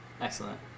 Excellent